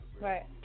Right